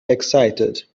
excited